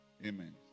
Amen